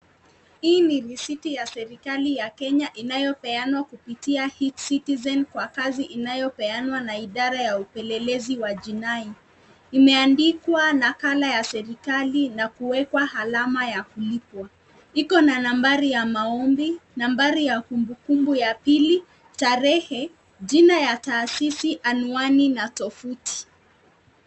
Hii ni risiti ya serikali ya kenya inayopeanwa kupitia e-citizen kwa kazi inayopeanwa na idara ya upelelezi wa jinai, imeandikwa nakala ya serikali na kuwekwa alama ya kullipwa. Iko na nambari ya maombi, nambari ya kumbukumbu ya pili, tarehe, jina ya taasisi, anwani na tovuti.